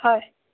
হয়